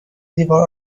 دیوار